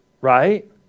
Right